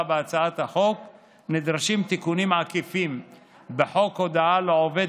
בהצעת החוק נדרשים תיקונים עקיפים בחוק הודעה לעובד